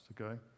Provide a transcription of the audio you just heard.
okay